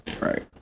Right